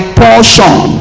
portion